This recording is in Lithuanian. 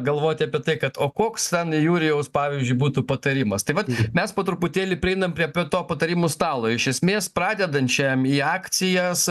galvoti apie tai kad o koks ten jurijaus pavyzdžiui būtų patarimas tai vat mes po truputėlį prieinam prie prie po to patarimų stalo iš esmės pradedančiąjam į akcijas